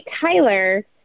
Tyler